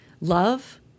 love